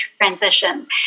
transitions